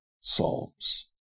psalms